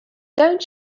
don’t